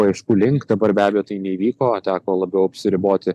paieškų link dabar be abejo tai neįvyko teko labiau apsiriboti